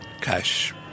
Cash